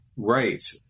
Right